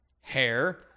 hair